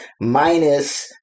minus